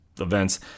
events